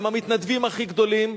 הם המתנדבים הכי גדולים,